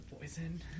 poison